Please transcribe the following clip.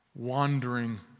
Wandering